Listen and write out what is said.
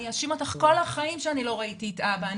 אני אאשים אותך כל החיים שאני לא ראיתי את אבא.